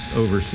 over